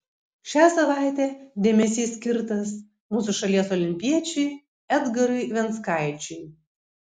šią savaitę dėmesys skirtas mūsų šalies olimpiečiui edgarui venckaičiui